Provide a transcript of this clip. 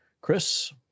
Chris